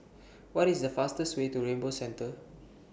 What IS The fastest Way to Rainbow Centre